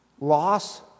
Loss